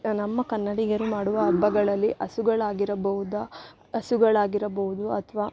ನಮ್ಮ ಕನ್ನಡಿಗರು ಮಾಡುವ ಹಬ್ಬಗಳಲ್ಲಿ ಹಸುಗಳಾಗಿರಬೌದು ಹಸುಗಳಾಗಿರಬೌದು ಅಥ್ವ